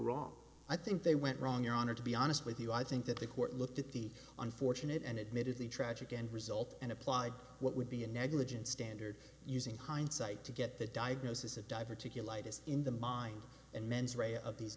wrong i think they went wrong your honor to be honest with you i think that the court looked at the unfortunate and admitted the tragic end result and applied what would be a negligence standard using hindsight to get the diagnosis of diverticulitis in the mind and mens rea of these